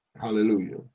hallelujah